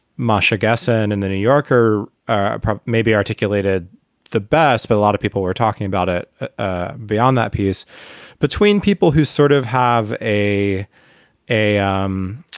marcia guessin in the new yorker ah maybe articulated the best, but a lot of people were talking about it ah beyond that peace between people who sort of have a a um